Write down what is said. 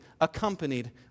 accompanied